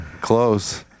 Close